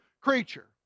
creature